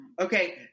Okay